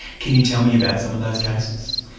can you tell me about some of those cases?